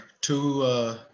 Two